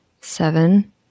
seven